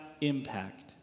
impact